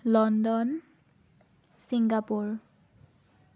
London Singapore